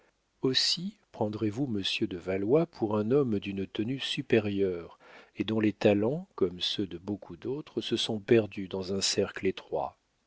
aussi prendrez-vous monsieur de valois pour un homme d'une tenue supérieure et dont les talents comme ceux de beaucoup d'autres se sont perdus dans un cercle étroit